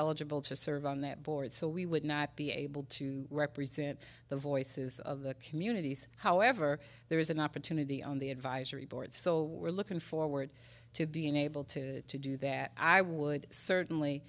eligible to serve on that board so we would not be able to represent the voices of the communities however there is an opportunity on the advisory board so we're looking forward to being able to to do that i would certainly